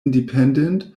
independent